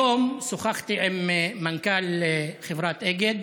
היום שוחחתי עם מנכ"ל חברת אגד.